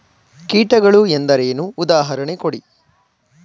ಕೀಟಗಳು ಎಂದರೇನು? ಉದಾಹರಣೆ ಕೊಡಿ?